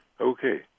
Okay